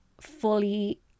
fully